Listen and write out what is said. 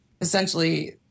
essentially